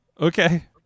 Okay